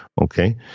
Okay